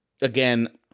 again